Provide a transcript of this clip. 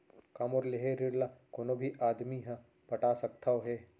का मोर लेहे ऋण ला कोनो भी आदमी ह पटा सकथव हे?